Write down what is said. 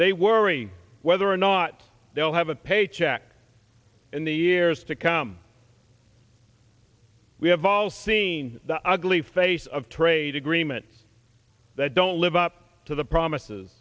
they worry whether or not they will have a paycheck in the years to come we have alll seen the ugly face of trade agreements that don't live up to the promises